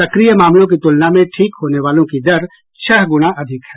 सक्रिय मामलों की तुलना में ठीक होने वालों की दर छह गूणा अधिक है